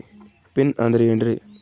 Pin ಅಂದ್ರೆ ಏನ್ರಿ?